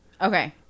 Okay